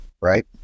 right